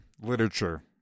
literature